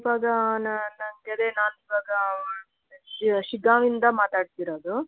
ಇವಾಗ ನಾನು ನಂಗೆ ಅದೇ ನಾನು ಇವಾಗ ಶಿಗ್ಗಾಂವಿಯಿಂದ ಮಾತಾಡ್ತಿರೋದು